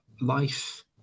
life